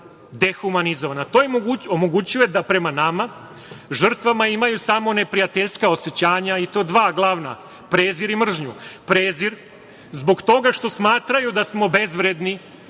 dehumanizovana. To im omogućuje da prema nama žrtvama imaju samo neprijateljska osećanja i to dva glavna prezir i mržnju. Prezir zbog toga što smatraju da smo bezvredni,